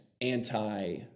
anti